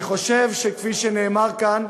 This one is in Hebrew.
אני חושב שכפי שנאמר כאן,